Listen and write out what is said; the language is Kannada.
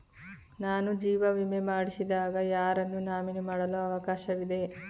ನಾನು ಜೀವ ವಿಮೆ ಮಾಡಿಸಿದಾಗ ಯಾರನ್ನು ನಾಮಿನಿ ಮಾಡಲು ಅವಕಾಶವಿದೆ?